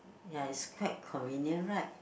ya it's quite convenient right